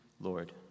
Lord